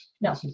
No